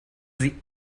sie